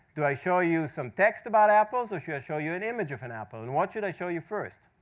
do i show you some text about apples, or should i show you an image of an apple? and what should i show you first?